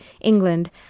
England